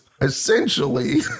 essentially